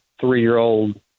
three-year-old